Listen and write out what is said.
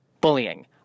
Bullying